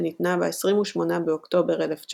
שניתנה ב-28 באוקטובר 1939,